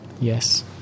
Yes